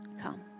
come